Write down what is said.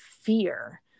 fear